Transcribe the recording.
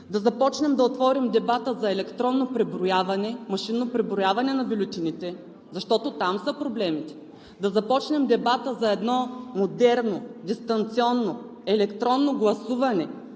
да започнем, да отворим дебата за електронно машинно преброяване на бюлетините, защото там са проблемите. Да започнем дебата за едно модерно, дистанционно, електронно гласуване,